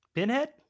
Pinhead